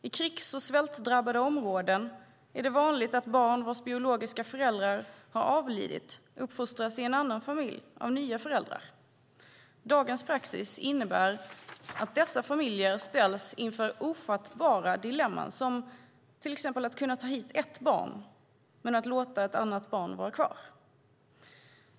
I krigs och svältdrabbade områden är det vanligt att barn vars biologiska föräldrar avlidit uppfostras i en annan familj, av nya föräldrar. Dagens praxis innebär att dessa familjer ställs inför ofattbara dilemman, exempelvis att kunna ta hit ett barn men låta ett annat barn vara kvar.